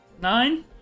Nine